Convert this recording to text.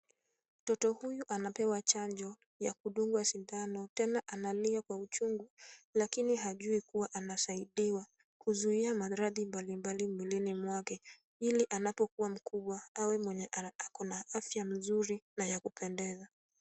Mtoto huyu anapewa chanjo ya kudungwa sindano, tena analia kwa uchungu lakini hajui kuwa anasaidiwa kuzuia maradhi mbalimbali mwilini mwake, ili anapokuwa mkubwa awe mwenye ako na afya nzuri na ya kupendeza.